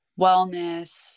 wellness